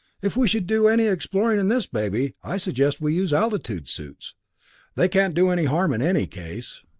if we should do any exploring in this baby, i suggest we use altitude suits they can't do any harm in any case.